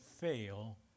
fail